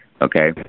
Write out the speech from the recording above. okay